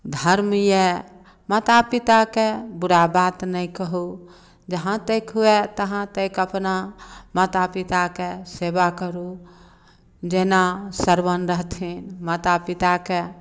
धर्म यए माता पिताकेँ बुरा बात नहि कहू जहाँ तक हुए तहाँ तक अपना माता पिताके सेवा करू जेना श्रवण रहथिन माता पिताकेँ